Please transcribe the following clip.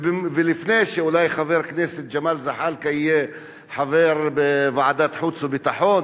ולפני שאולי חבר הכנסת ג'מאל זחאלקה יהיה חבר בוועדת חוץ וביטחון,